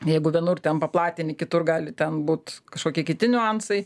jeigu vienur ten paplatini kitur gali ten būt kažkokie kiti niuansai